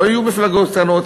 לא יהיו מפלגות קטנות,